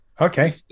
Okay